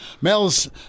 Mel's